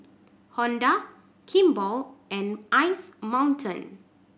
Honda Kimball and Ice Mountain